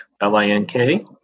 L-I-N-K